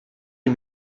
les